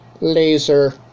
Laser